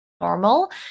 normal